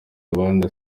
ahandi